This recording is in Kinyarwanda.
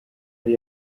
yari